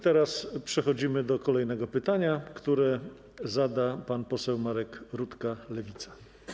Teraz przechodzimy do kolejnego pytania, które zada pan poseł Marek Rutka, Lewica.